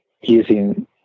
using